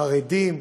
חרדים,